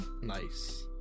Nice